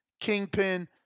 Kingpin